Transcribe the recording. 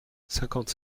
cinquante